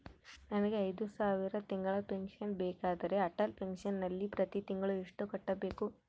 ನನಗೆ ಐದು ಸಾವಿರ ತಿಂಗಳ ಪೆನ್ಶನ್ ಬೇಕಾದರೆ ಅಟಲ್ ಪೆನ್ಶನ್ ನಲ್ಲಿ ಪ್ರತಿ ತಿಂಗಳು ಎಷ್ಟು ಕಟ್ಟಬೇಕು?